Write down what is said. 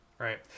Right